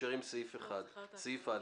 נשארים עם סעיף אחד, סעיף (א).